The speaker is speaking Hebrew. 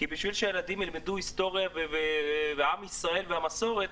כי בשביל שהילדים ילמדו היסטוריה ועם ישראל ומסורת,